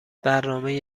برنامه